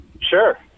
Sure